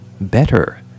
better